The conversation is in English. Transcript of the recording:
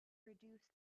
reduce